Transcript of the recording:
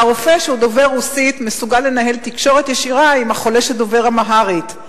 והרופא שהוא דובר רוסית מסוגל לנהל תקשורת ישירה עם החולה שדובר אמהרית,